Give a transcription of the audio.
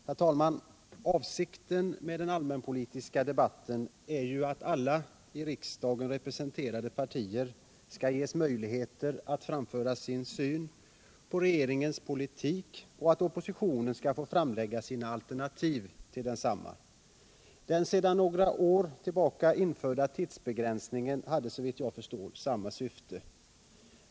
Herr talman! Avsikten med den allmänpolitiska debatten är ju att alla i riksdagen representerade partier skall ges möjlighet att framföra sin syn på regeringens politik och att oppositionen skall få framlägga sina alternativ till densamma. Den sedan några år tillbaka införda tidsbegränsningen hade såvitt jag förstår samma syfte.